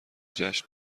جشن